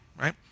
right